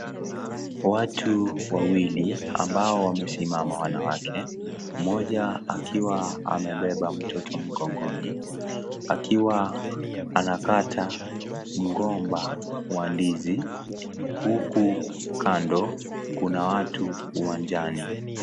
Watu wawili ambao wamesimama, wanawake. Mmoja akiwa amebeba mtoto mgongoni, akiwa anakata mgomba wa ndizi, huku kando kuna watu uwanjani.